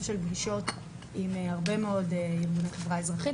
של פגישות עם הרבה מאוד ארגוני חברה אזרחית,